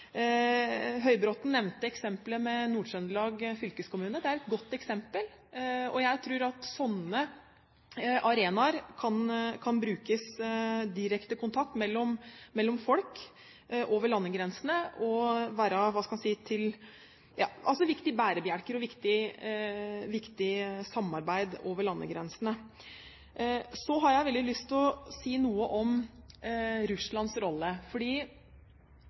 nevnte eksemplet med Nord-Trøndelag fylkeskommune. Det er et godt eksempel. Jeg tror at sånne arenaer kan brukes, med direkte kontakt mellom folk over landegrensene – altså viktige bærebjelker og viktig samarbeid over landegrensene. Så har jeg veldig lyst til å si noe om Russlands rolle.